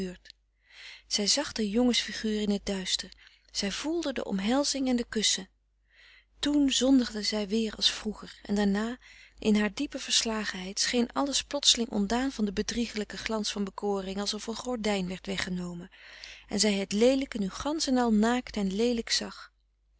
des doods in t duister zij voelde de omhelzing en de kussen toen zondigde zij weer als vroeger en daarna in haar diepe verslagenheid scheen alles plotseling ontdaan van den bedriegelijken glans van bekoring alsof een gordijn werd weggenomen en zij het leelijke nu gansch en al naakt en leelijk zag